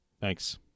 Thanks